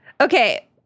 Okay